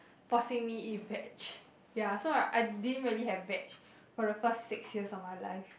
forcing me eat veg ya so right I didn't really have veg for the first six years of my life